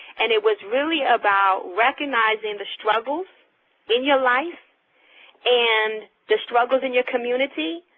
and it was really about recognizing the struggles in your life and the struggles in your community,